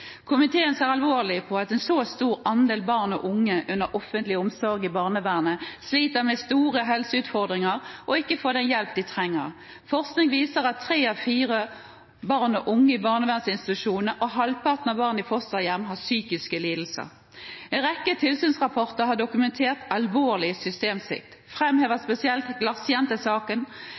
Komiteen ser alvorlig på at en så stor andel barn og unge under offentlig omsorg i barnevernet sliter med store helseutfordringer og ikke får den hjelp de trenger. Forskning viser at tre av fire barn og unge i barnevernsinstitusjoner og halvparten av barn i fosterhjem har psykiske lidelser. En rekke tilsynsrapporter har dokumentert alvorlig systemsvikt. Jeg framhever spesielt